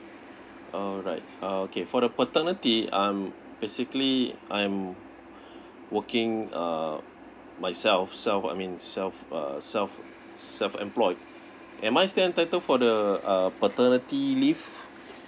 alright okay for the paternity I'm basically I'm working err myself self I mean self uh self self employed am I still entitle for the uh paternity leave